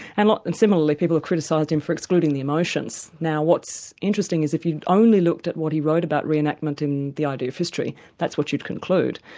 and like and similarly people have criticised him for excluding the emotions. now what's interesting is if you'd only looked at what he wrote about re-enactment in the idea of history, that's what you'd conclude,